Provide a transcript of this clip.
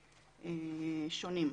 שונים.